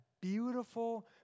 beautiful